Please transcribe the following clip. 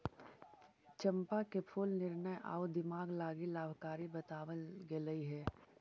चंपा के फूल निर्णय आउ दिमाग लागी लाभकारी बतलाबल गेलई हे